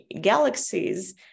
galaxies